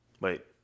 Wait